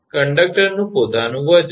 કંડકટરનું પોતાનું વજન